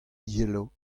yelo